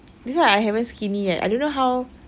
this [one] I haven't skinny yet I don't know how